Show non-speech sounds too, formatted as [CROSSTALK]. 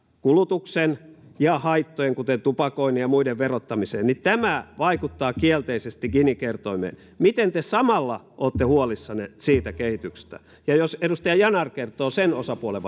kulutuksen ja haittojen kuten tupakoinnin ja muiden verottamiseen niin tämä vaikuttaa kielteisesti gini kertoimeen miten te samalla olette huolissanne siitä kehityksestä jospa edustaja yanar kertoisi sen puolen [UNINTELLIGIBLE]